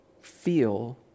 feel